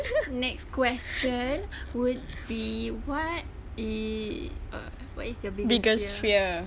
next question would be what e~ err what is your biggest fear